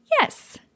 Yes